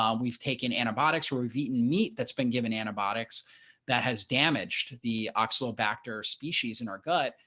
um we've taken antibiotics where we've eaten meat that's been given antibiotics that has damaged the oxobacter species in our gut,